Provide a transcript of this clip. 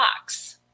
box